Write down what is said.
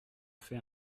fait